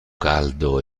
caldo